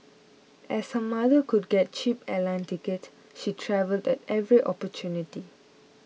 as her mother could get cheap airline ticket she travelled at every opportunity